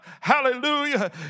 hallelujah